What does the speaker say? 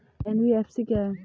NBFC क्या है?